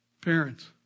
Parents